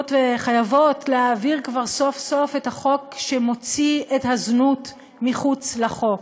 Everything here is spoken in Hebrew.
צריכות וחייבות להעביר כבר סוף-סוף את החוק שמוציא את הזנות מחוץ לחוק.